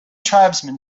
tribesman